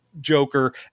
joker